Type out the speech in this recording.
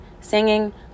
singing